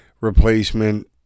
replacement